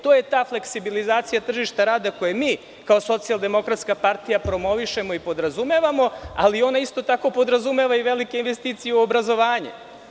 To je ta fleksibilizacija tržišta rada koju mi kao socijaldemokratska partija promovišemo i podrazumevamo, ali ona isto tako podrazumeva i velike investicije u obrazovanje.